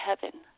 heaven